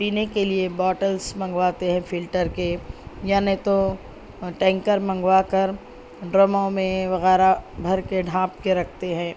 پینے کے لیے بوٹلس منگواتے ہیں فلٹر کے یا نہیں تو ٹینکر منگوا کر ڈرموں میں وغیرہ بھر کے ڈھانپ کے رکھتے ہیں